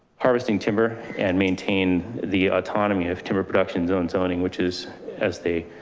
harvesting timber and maintain the autonomy of timber production zoning, which is as they,